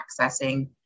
accessing